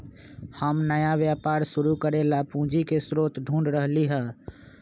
हम नया व्यापार शुरू करे ला पूंजी के स्रोत ढूढ़ रहली है